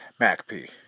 MacP